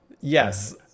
yes